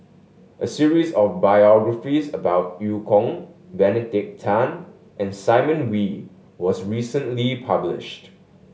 a series of biographies about Eu Kong Benedict Tan and Simon Wee was recently published